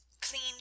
clean